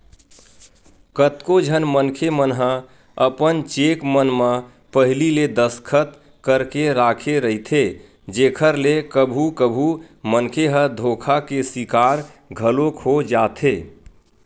कतको झन मनखे मन ह अपन चेक मन म पहिली ले दस्खत करके राखे रहिथे जेखर ले कभू कभू मनखे ह धोखा के सिकार घलोक हो जाथे